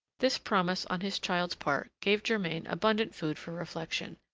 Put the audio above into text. this promise on his child's part gave germain abundant food for reflection.